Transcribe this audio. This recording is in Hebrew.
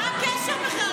מה הקשר בכלל?